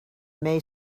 may